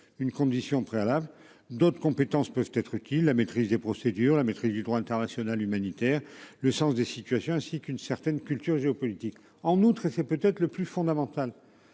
une condition préalable d'autres compétences peuvent être qui la maîtrise des procédures, la maîtrise du droit international humanitaire, le sens des situations ainsi qu'une certaine culture géopolitique. En outre, et c'est peut-être le plus fondamental.